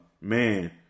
Man